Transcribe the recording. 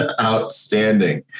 outstanding